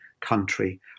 country